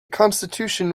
constitution